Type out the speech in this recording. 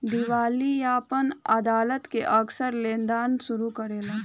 दिवालियापन अदालत के अक्सर लेनदार शुरू करेलन